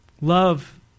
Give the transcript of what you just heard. Love